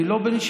היא לא בנשמתה,